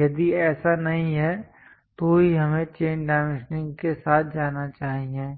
यदि ऐसा नहीं है तो ही हमें चेन डाइमेंशनिंग के साथ जाना चाहिए